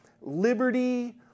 liberty